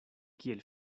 kiel